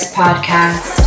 podcast